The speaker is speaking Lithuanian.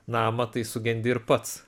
namą tai sugendi ir pats